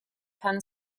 penn